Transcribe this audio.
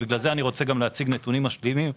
לכן אני רוצה להציג נתונים משלימים.